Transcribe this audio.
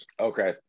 okay